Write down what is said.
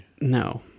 No